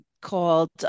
called